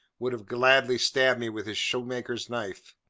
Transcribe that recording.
would have gladly stabbed me with his shoemaker's knife.